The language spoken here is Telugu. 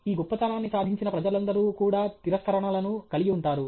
ఈ గొప్పతనాన్ని సాధించిన ప్రజలందరూ కూడా తిరస్కరణలను కలిగి ఉంటారు